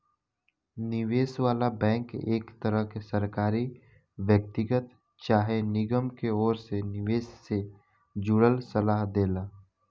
निवेश वाला बैंक एक तरह के सरकारी, व्यक्तिगत चाहे निगम के ओर से निवेश से जुड़ल सलाह देला